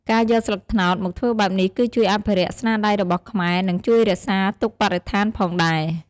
ការយកស្លឹកត្នោតមកធ្វើបែបនេះគឺជួយអភិរក្សស្នាដៃរបស់ខ្មែរ និងជួយរក្សាទុកបរិស្ថានផងដែរ។